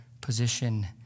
position